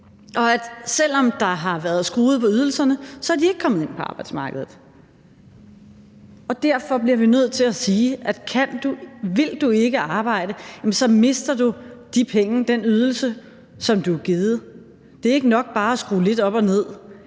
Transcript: og selv om der har været skruet på ydelserne, er de ikke kommet ind på arbejdsmarkedet. Derfor bliver vi nødt til at sige, at vil du ikke arbejde, mister du de penge, den ydelse, som du er givet. Det er ikke nok bare at skrue lidt op og ned.